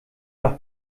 noch